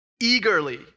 eagerly